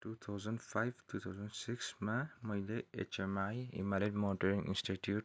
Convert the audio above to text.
two thousand five two thousand सिक्समा मैले HMI Himalayan mountaineering institute